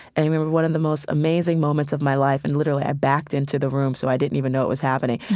and i remember one of and the most amazing moments of my life, and literally, i backed into the room, so i didn't even know it was happening.